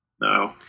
No